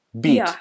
beat